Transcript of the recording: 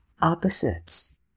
opposites